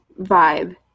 Vibe